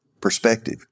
perspective